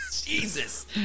Jesus